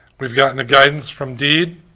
we've gotten the guidance from deed